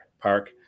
park